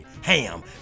Ham